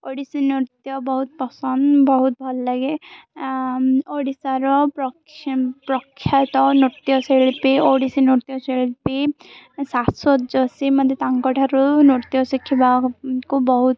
ଓଡ଼ିଶୀ ନୃତ୍ୟ ବହୁତ ପସନ୍ଦ ବହୁତ ଭଲ ଲାଗେ ଓଡ଼ିଶାର ପ୍ରଖ ପ୍ରଖ୍ୟାତ ନୃତ୍ୟଶିଳ୍ପୀ ଓଡ଼ିଶୀ ନୃତ୍ୟଶିଳ୍ପୀ ଶାଶ୍ଵତଜୋଶୀ ମୋତେ ତାଙ୍କଠାରୁ ନୃତ୍ୟ ଶିଖିବାକୁ ବହୁତ